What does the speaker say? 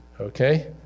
okay